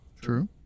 True